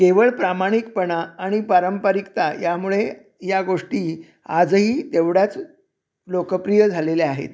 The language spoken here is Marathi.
केवळ प्रामाणिकपणा आणि पारंपरिकता यामुळे या गोष्टी आजही तेवढ्याच लोकप्रिय झालेल्या आहेत